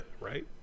Right